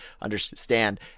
understand